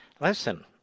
Listen